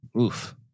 Oof